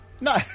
No